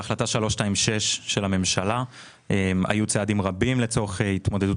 ספציפית בהחלטה 326 של הממשלה היו צעדים רבים לצורך התמודדות